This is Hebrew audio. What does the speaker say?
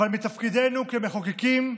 אבל מתפקידנו כמחוקקים,